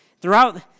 Throughout